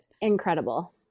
Incredible